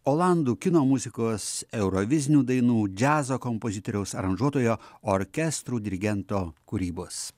olandų kino muzikos eurovizinių dainų džiazo kompozitoriaus aranžuotojo orkestrų dirigento kūrybos